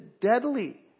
Deadly